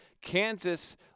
Kansas